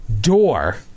door